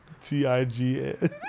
T-I-G-A